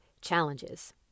challenges